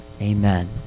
Amen